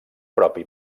propi